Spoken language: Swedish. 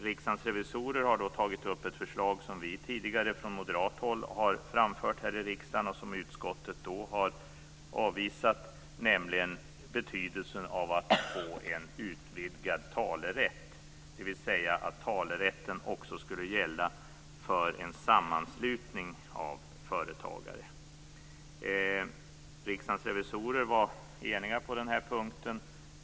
Riksdagens revisorer har tagit upp ett förslag som tidigare framförts från moderat håll här i riksdagen och som utskottet då avvisade, nämligen betydelsen av att få en utvidgad talerätt - dvs. att talerätten också skulle gälla för en sammanslutning av företagare. Riksdagens revisorer var eniga på den punkten.